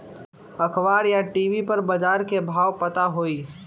अखबार या टी.वी पर बजार के भाव पता होई?